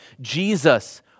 Jesus